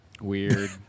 Weird